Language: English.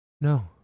No